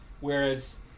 Whereas